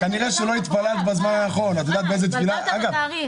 התבלבלת בתאריך.